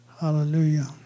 Hallelujah